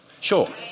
Sure